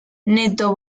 neto